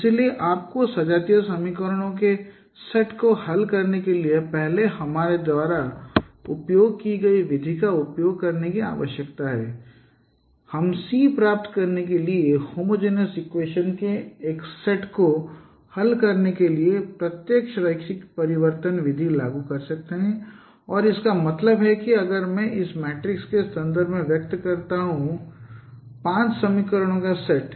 इसलिए आपको सजातीय समीकरणों के सेट को हल करने के लिए पहले हमारे द्वारा उपयोग की गई विधि का उपयोग करने की आवश्यकता है हम सी प्राप्त करने के लिए होमोजेनोस एक्वेशन के एक सेट को हल करने के लिए प्रत्यक्ष रैखिक परिवर्तन विधि को लागू कर सकते हैं और इसका मतलब है कि अगर मैं इसे मैट्रिक्स के संदर्भ में व्यक्त करता हूं कहते हैं पांच समीकरणों का सेट